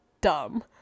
dumb